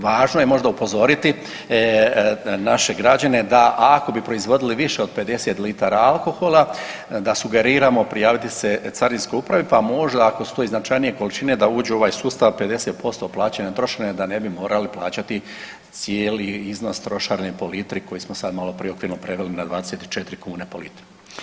Važno je možda upozoriti naše građane da ako bi proizvodili više od 50 litara alkohola da sugeriramo prijaviti se Carinskoj upravi, pa možda ako su to i značajnije količine da uđu u ovaj sustav 50% plaćanja trošarine da ne bi morali plaćati cijeli iznos trošarine po litri koji smo sad maloprije okvirno preveli na 24kn po litri.